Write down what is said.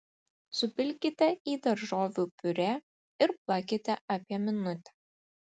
supilkite į daržovių piurė ir plakite apie minutę